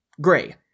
Gray